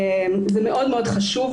זה מאוד חשוב,